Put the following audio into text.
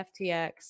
FTX